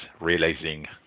realizing